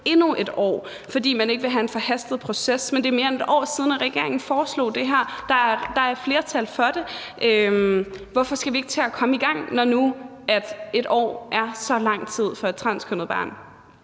endnu et år, fordi man ikke vil have en forhastet proces. Men det er mere end et år siden, regeringen foreslog det her, og der er et flertal for det. Hvorfor skal vi ikke til at komme i gang, når nu et år er så lang tid for et transkønnet barn?